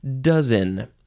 dozen